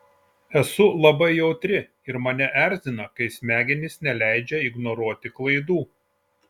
esu labai jautri ir mane erzina kai smegenys neleidžia ignoruoti klaidų